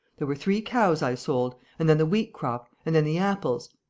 there were three cows i sold and then the wheat-crop and then the apples.